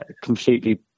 completely